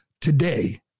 today